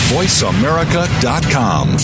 VoiceAmerica.com